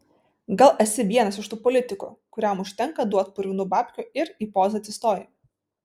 gal esi vienas iš tų politikų kuriam užtenka duot purvinų babkių ir į pozą atsistoji